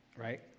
right